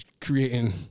creating